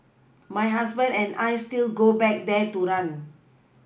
my husband and I still go back there to run